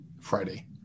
friday